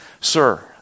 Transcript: Sir